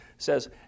says